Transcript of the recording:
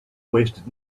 wasted